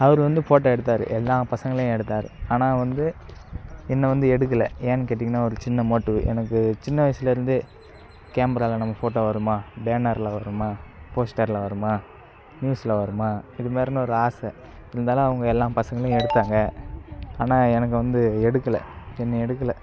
அவர் வந்து ஃபோட்டோ எடுத்தார் எல்லா பசங்களையும் எடுத்தார் ஆனால் வந்து என்ன வந்து எடுக்கலை ஏன்னு கேட்டிங்கன்னா ஒரு சின்ன மோட்டிவ் எனக்கு சின்ன வயசிலருந்தே கேமராவில நம்ம ஃபோட்டோ வருமா பேனர்ல வருமா போஸ்டர்ல வருமா நியூஸ்ல வருமா இதுமாதிரியான ஒரு ஆசை இருந்தாலும் அவங்க எல்லா பசங்களும் எடுத்தாங்க ஆனால் எனக்கு வந்து எடுக்கலை என்னை எடுக்கலை